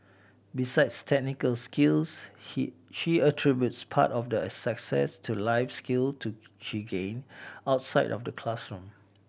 besides technical skills he she attributes part of the a success to life skills to she gained outside of the classroom